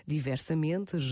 Diversamente